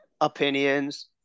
opinions